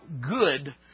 good